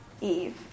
Eve